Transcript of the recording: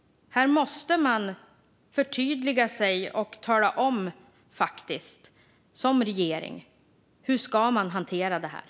De måste förtydliga sig och faktiskt som regering tala om hur det här ska hanteras.